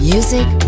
Music